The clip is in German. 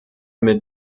mit